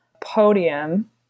podium